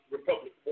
Republic